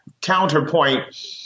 counterpoint